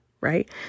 right